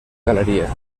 galería